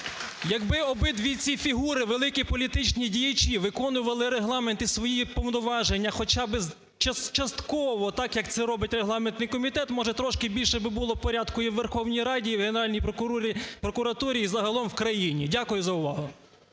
Якби обидві ці фігури – великі політичні діячі виконували Регламент і свої повноваження хоча би частково так, як це робить регламентний комітет – може, трошки більше би було порядку і у Верховній Раді, і в Генеральній прокуратурі, і загалом в країні. Дякую за увагу.